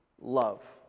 love